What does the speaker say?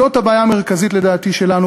זאת הבעיה המרכזית שלנו,